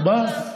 ארבעה?